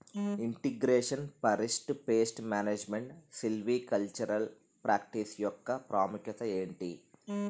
integration పరిస్ట్ pest management silvicultural practice యెక్క ప్రాముఖ్యత ఏంటి